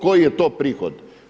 Koji je to prihod?